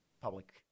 public